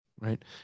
Right